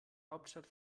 hauptstadt